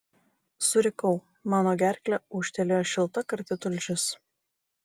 surikau mano gerkle ūžtelėjo šilta karti tulžis